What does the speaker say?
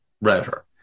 router